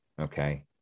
Okay